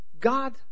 God